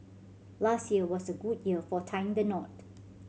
last year was a good year for tying the knot